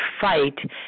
fight